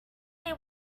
they